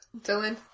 Dylan